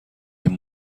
این